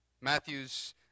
Matthew's